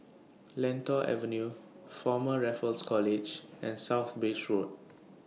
Lentor Avenue Former Raffles College and South Bridge Road